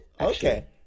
Okay